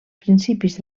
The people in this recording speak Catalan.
principis